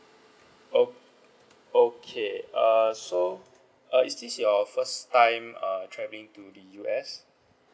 oh okay err so uh is this your first time uh travelling to the U_S